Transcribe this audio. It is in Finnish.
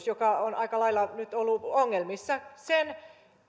joka on nyt aika lailla ollut ongelmissa että